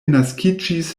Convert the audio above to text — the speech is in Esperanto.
naskiĝis